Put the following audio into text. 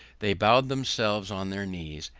they bowed themselves on their knees,